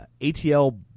ATL